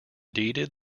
deeded